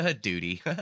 duty